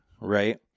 right